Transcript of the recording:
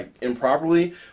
improperly